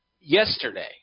yesterday